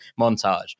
montage